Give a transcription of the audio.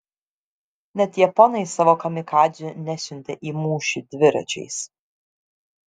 net japonai savo kamikadzių nesiuntė į mūšį dviračiais